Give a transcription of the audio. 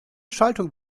schaltung